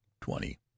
twenty